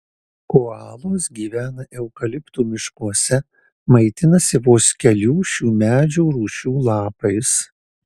koalos gyvena eukaliptų miškuose maitinasi vos kelių šių medžių rūšių lapais